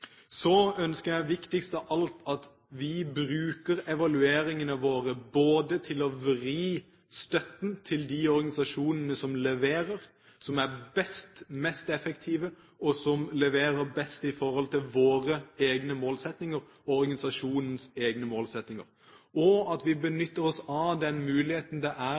Viktigst av alt ønsker jeg at vi bruker evalueringene våre til å vri støtten til de organisasjonene som leverer, som er best og mest effektive og som leverer best i forhold til våre egne målsettinger og organisasjonens egne målsettinger, og at vi benytter oss av den muligheten